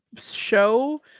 show